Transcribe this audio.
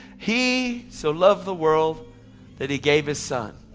he so loved the world that he gave his son.